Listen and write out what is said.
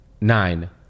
nine